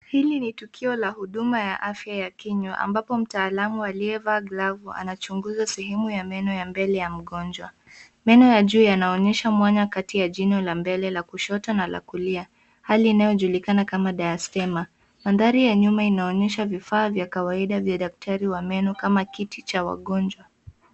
Hili ni tukio la huduma ya afya ya kinywa ambapo mtaalam aliyevaa glavu anachuguza sehemu ya mbele ya meno ya mgonjwa. Meno ya juu yanaonyesha mwanga kati ya jino ya mbele ya kushoto na kulia .Hali inayojulikana kama diastema .Mandhari ya nyuma inaonyesha vifaa vya kawaida vya daktari wa meno kama kiti cha wagonjwa.